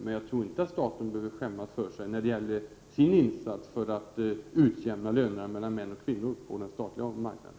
Jag tror som sagt inte att staten behöver skämmas när det gäller insatsen för att utjämna skillnaderna mellan män och kvinnor på den statliga arbetsmarknaden.